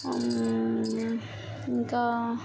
bangles